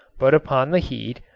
but upon the heat,